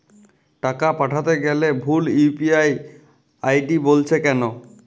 টাকা পাঠাতে গেলে ভুল ইউ.পি.আই আই.ডি বলছে কেনো?